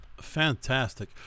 Fantastic